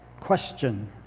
question